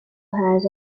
has